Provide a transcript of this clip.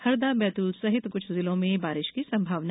हरदा बैतूल सहित कुछ जिलों में बारिश की संभावना